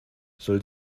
soll